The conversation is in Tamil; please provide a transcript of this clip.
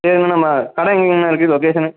சரிங்க நம்ம கடை எங்கேண்ணா இருக்குது லொக்கேஷன்